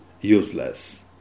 useless